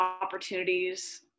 opportunities